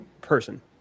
person